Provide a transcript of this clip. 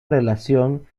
relación